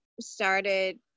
started